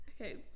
Okay